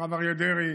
הרב אריה דרעי,